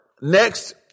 Next